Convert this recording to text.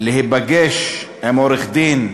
להיפגש עם עורך-דין.